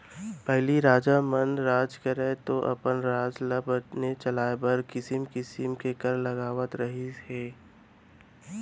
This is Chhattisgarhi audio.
पहिली राजा मन ह राज करयँ तौ अपन राज ल बने चलाय बर किसिम किसिम के कर लगावत रहिन हें